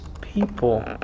people